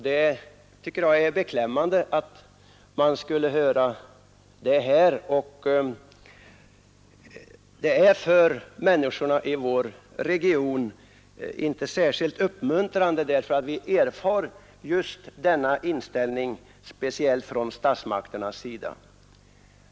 Jag tycker att det är beklämmande att få höra det här. För människorna i vår region är det inte särskilt uppmuntrande. Där erfar man ofta just denna inställning, speciellt från statsmakternas sida.